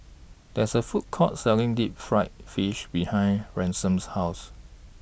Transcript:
There IS A Food Court Selling Deep Fried Fish behind Ransom's House